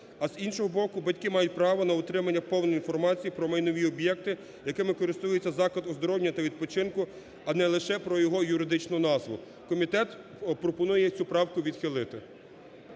а з іншого боку, батьки мають право на отримання повної інформації про майнові об'єкти, якими користується заклад оздоровлення та відпочинку, а не лише про його юридичну назву. Комітет пропонує цю правку відхилити.